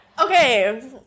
Okay